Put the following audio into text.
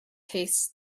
tastes